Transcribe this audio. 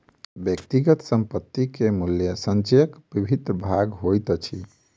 व्यक्तिगत संपत्ति के मूल्य संचयक विभिन्न भाग होइत अछि